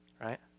Right